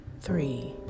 Three